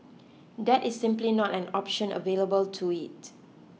that is simply not an option available to it